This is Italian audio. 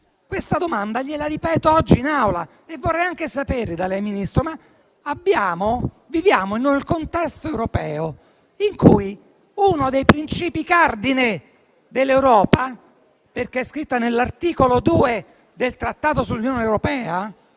Questa domanda gliela ripeto oggi in Aula. Vorrei anche sapere da lei, Ministro, un'altra cosa. Viviamo in un contesto europeo in cui uno dei princìpi cardine dell'Europa, perché è scritto nell'articolo 2 del Trattato sull'Unione europea...